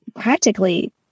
practically